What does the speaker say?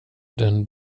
den